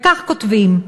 וכך כותבים: